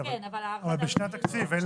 כן, אבל בשנת התקציב זו אותה הערכה.